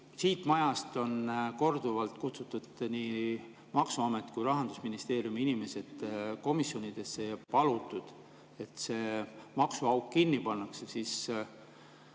siit majast on korduvalt kutsutud nii maksuameti kui ka Rahandusministeeriumi inimesi komisjonidesse ja palutud, et see maksuauk kinni pandaks, siis